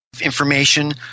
information